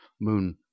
Moon